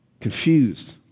confused